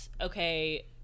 okay